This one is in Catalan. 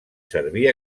servir